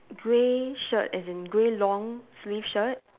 grey shirt as in grey long sleeve shirt